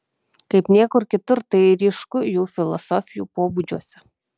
kaip niekur kitur tai ryšku jų filosofijų pobūdžiuose